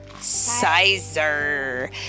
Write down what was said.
Sizer